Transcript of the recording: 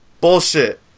bullshit